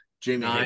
Jamie